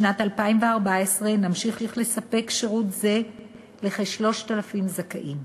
בשנת 2014 נמשיך לספק שירות זה לכ-3,000 זכאים,